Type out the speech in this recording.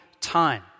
time